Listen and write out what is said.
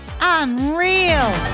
Unreal